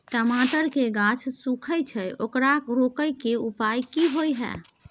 टमाटर के गाछ सूखे छै ओकरा रोके के उपाय कि होय है?